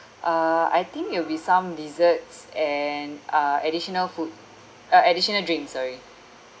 uh I think it will be some desserts and uh additional food uh additional drinks sorry